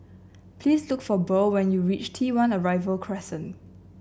please look for Burl when you reach T One Arrival Crescent